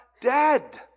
dead